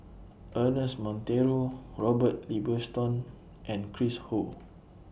Ernest Monteiro Robert and Chris Ho